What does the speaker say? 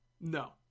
no